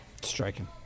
Striking